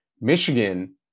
Michigan